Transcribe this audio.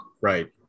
right